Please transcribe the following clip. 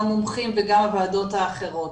גם מומחים וגם ועדות אחרות.